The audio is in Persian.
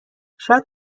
شاید